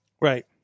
Right